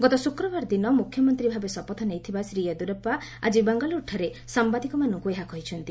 ଗତ ଶୁକ୍ରବାର ଦିନ ମୁଖ୍ୟମନ୍ତ୍ରୀ ଭାବେ ଶପଥ ନେଇଥିବା ଶ୍ରୀ ୟେଦିୟୁରାପ୍ପା ଆଜି ବେଙ୍ଗାଲୁରୁଠାରେ ସାମ୍ଭାଦିକମାନଙ୍କୁ ଏହା କହିଛନ୍ତି